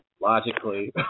logically